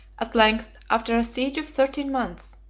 at length, after a siege of thirteen months,